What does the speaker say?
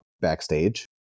backstage